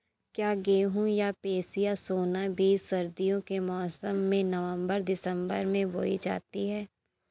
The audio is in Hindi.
क्या गेहूँ या पिसिया सोना बीज सर्दियों के मौसम में नवम्बर दिसम्बर में बोई जाती है?